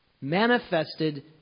manifested